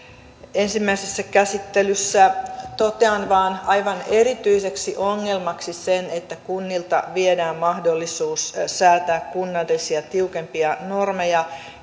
ensimmäisessä käsittelyssä totean vain aivan erityiseksi ongelmaksi sen että kunnilta viedään mahdollisuus säätää kunnallisia tiukempia normeja